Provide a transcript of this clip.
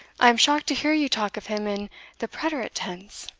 i am shocked to hear you talk of him in the preterite tense.